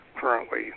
currently